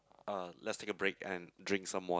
uh let's take a break and drink some wat~